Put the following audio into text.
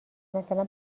مثلا